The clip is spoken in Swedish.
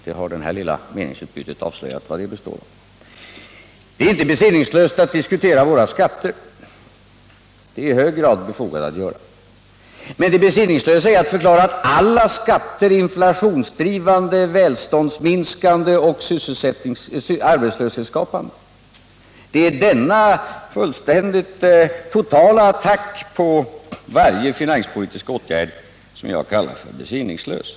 Det här lilla meningsutbytet har avslöjat vari det består. Det är inte besinningslöst att diskutera våra skatter. Det är i hög grad befogat att göra det. Men det är besinningslöst att förklara att alla skatter är inflationsdrivande, välståndsminskande och arbetslöshetsskapande. Det är denna totala attack på varje finanspolitisk åtgärd som jag kallar besinningslös.